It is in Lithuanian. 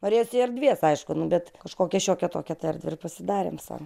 norėjosi erdvės aišku nu bet kažkokią šiokią tokią tą erdvę ir pasidarėm sau